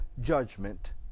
judgment